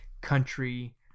country